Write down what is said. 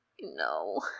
No